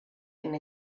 and